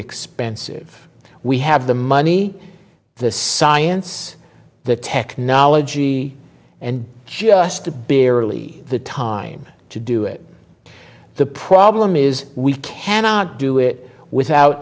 expensive we have the money the science the technology and just to bearly the time to do it the problem is we cannot do it without